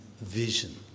Vision